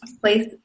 place